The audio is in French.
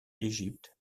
égypte